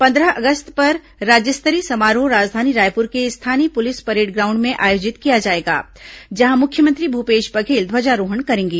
पंद्रह अगस्त पर राज्य स्तरीय समारोह राजधानी रायपुर के स्थानीय पुलिस परेड ग्राउंड में आयोजित किया जाएगा जहां मुख्यमंत्री भूपेश बघेल ध्वजारोहण करेंगे